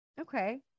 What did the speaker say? okay